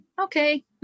okay